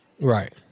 right